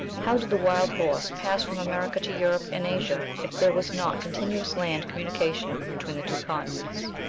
how did the wild horse pass from america to europe and asia if there was not continuous land communication between the two continents?